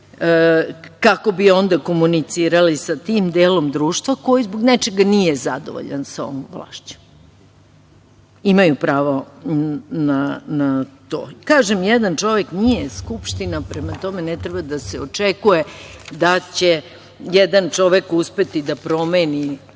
kako bi onda komunicirali sa tim delom društva koji zbog nečega nije zadovoljan sa ovom vlašću? Imaju pravo na to. Kažem, jedan čovek nije Skupština, prema tome, ne treba da se očekuje da će jedan čovek uspeti da promeni